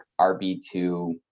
rb2